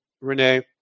Renee